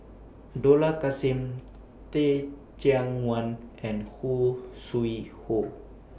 Dollah Kassim Teh Cheang Wan and Khoo Sui Hoe